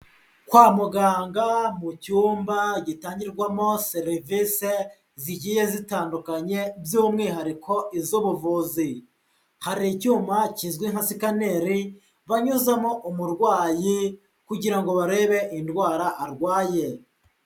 Kwa muganga mu cyumba gitangirwamo serivise zigiye zitandukanye by'umwihariko iz'ubuvuzi, hari icyuma kizwi nka sikaneri banyuzamo umurwayi kugira ngo barebe indwara arwaye.